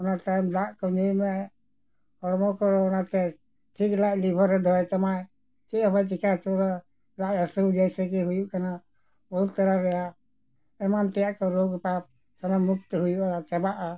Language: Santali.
ᱚᱱᱟ ᱴᱟᱭᱤᱢ ᱫᱟᱜ ᱠᱚ ᱧᱩᱭ ᱢᱮ ᱦᱚᱲᱢᱚ ᱠᱚ ᱚᱱᱟᱛᱮ ᱴᱷᱤᱠ ᱞᱟᱡ ᱞᱤᱵᱷᱟᱨᱮ ᱫᱚᱦᱚᱭ ᱛᱟᱢᱟᱭ ᱪᱮᱫ ᱦᱚᱸ ᱪᱤᱠᱟᱹ ᱩᱛᱟᱹᱨᱟ ᱞᱟᱡ ᱦᱟᱥᱩ ᱡᱮᱭᱥᱮ ᱜᱮ ᱦᱩᱭᱩᱜ ᱠᱟᱱᱟ ᱩᱱ ᱛᱚᱨᱟ ᱨᱮᱭᱟᱜ ᱮᱢᱟᱱ ᱛᱮᱭᱟᱜ ᱠᱚ ᱨᱳᱜᱽ ᱯᱟᱯ ᱥᱟᱱᱟᱢ ᱢᱩᱠᱛᱤ ᱦᱩᱭᱩᱜᱼᱟ ᱪᱟᱵᱟᱜᱼᱟ